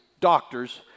doctors